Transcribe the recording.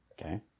Okay